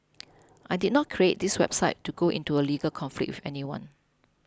I did not create this website to go into a legal conflict with anyone